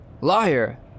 Liar